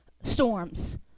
storms